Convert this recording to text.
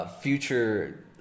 future